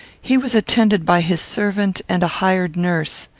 he was attended by his servant and a hired nurse.